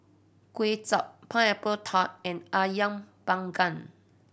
Kway Chap Pineapple Tart and Ayam Panggang